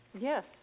Yes